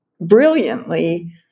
brilliantly